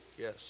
Yes